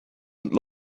and